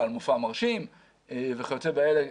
בעל מופע מרשים וכיוצא באלה,